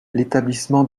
l’établissement